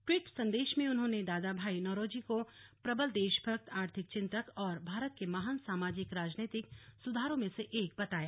tweet संदेश में उन्होंने दादा भाई नौरोजी को प्रबल देशभक्त आर्थिक चिंतक और भारत के महान सामाजिक राजनीतिक सुधारकों में से एक बताया